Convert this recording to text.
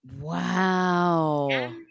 Wow